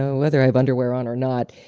ah whether i have underwear on or not,